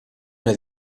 una